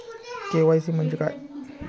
KYC म्हंजे काय?